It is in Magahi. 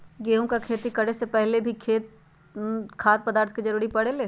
का गेहूं के खेती करे से पहले भी खाद्य पदार्थ के जरूरी परे ले?